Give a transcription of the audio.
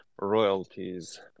royalties